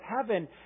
heaven